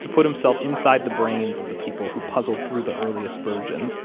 to put himself inside the brains of the people who puzzled through the earliest versions